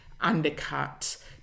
undercut